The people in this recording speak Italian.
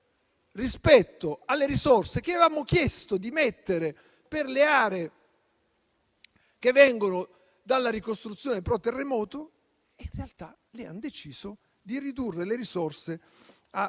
rispetto alle risorse che avevamo chiesto di mettere per le aree che vengono dalla ricostruzione pro terremoto che lì in realtà hanno deciso di ridurre le risorse a